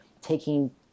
taking